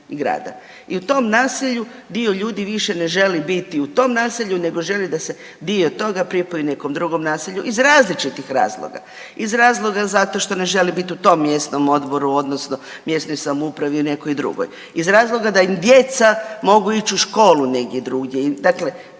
i u tom naselju dio ljudi više ne želi biti u tom naselju nego želi da se dio toga pripoji nekom drugom naselju, iz različitih razloga, iz razloga zato što ne želi biti u tom mjesnom odboru, odnosno mjesnoj samoupravi ili nekoj drugoj, iz razloga da im djeca mogu ići u školu negdje